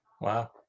Wow